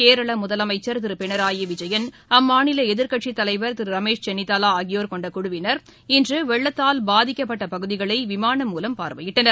கேரள முதலமைச்சர் திரு பினராயி விஜயன் அம்மாநில எதிர்க்கட்சித் தலைவர் திரு ரமேஷ் செனிதாலா ஆகியோர் கொண்ட குழுவினர் இன்று வெள்ளத்தால் பாதிக்கப்பட்ட பகுதிகளை விமான மூலம் பார்வையிட்டனர்